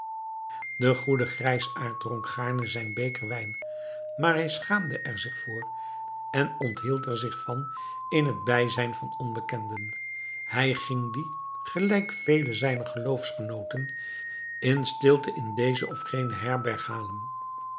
de goede grijsaard dronk gaarne zijn beker wijn maar hij schaamde er zich voor en onthield er zich van in het bijzijn van onbekenden hij ging dien gelijk vele zijner geloofsgenooten in stilte in deze of gene herberg halen